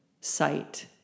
sight